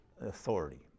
authority